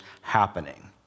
happening